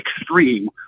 extreme